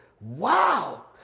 wow